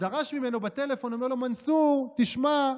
ודרש ממנו בטלפון, אומר לו: מנסור, תשמע,